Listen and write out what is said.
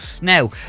Now